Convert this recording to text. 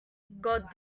god